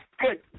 Good